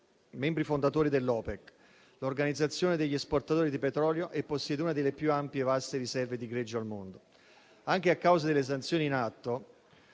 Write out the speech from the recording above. membri fondatori dell'OPEC, l'organizzazione degli esportatori di petrolio, e possiede una delle più ampie e vaste riserve di greggio al mondo. Anche a causa delle sanzioni in atto,